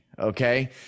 okay